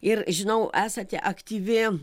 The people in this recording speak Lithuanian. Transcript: ir žinau esate aktyvi